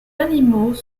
animaux